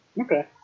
Okay